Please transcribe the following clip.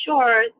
Sure